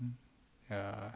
ya